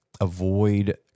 avoid